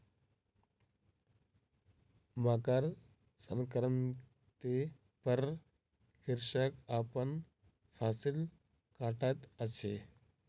मकर संक्रांति पर कृषक अपन फसिल कटैत अछि